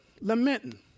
lamenting